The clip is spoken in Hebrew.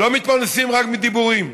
לא מתפרנסים רק מדיבורים.